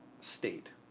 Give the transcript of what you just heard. state